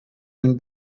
den